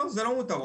לא זה לא מותרות,